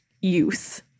youth